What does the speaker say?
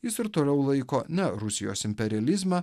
jis ir toliau laiko ne rusijos imperializmą